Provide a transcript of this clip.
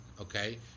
Okay